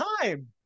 time